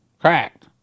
cracked